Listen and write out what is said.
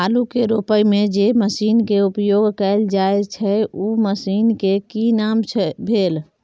आलू के रोपय में जे मसीन के उपयोग कैल जाय छै उ मसीन के की नाम भेल?